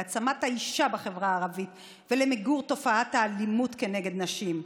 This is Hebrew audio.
להעצמת האישה בחברה הערבית ולמיגור תופעת האלימות נגד נשים.